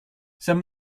some